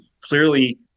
clearly